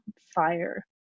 fire